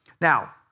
Now